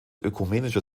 ökumenischer